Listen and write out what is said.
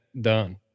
done